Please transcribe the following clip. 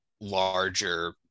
Larger